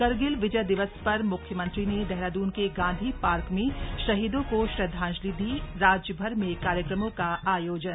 करगिल विजय दिवस पर मुख्यमंत्री ने देहरादून के गांधी पार्क में शहीदों को श्रद्वाजलि दी राज्य भर में कार्यक्रमों का आयोजन